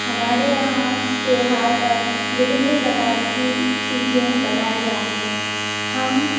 हमारे यहाँ त्यौहार पर विभिन्न प्रकार की चीजें बनाई जाती हैं हम